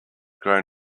grown